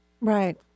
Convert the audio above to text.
Right